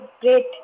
great